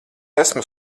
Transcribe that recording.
esmu